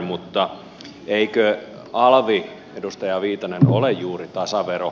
mutta eikö alvi edustaja viitanen ole juuri tasavero